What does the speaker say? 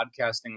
podcasting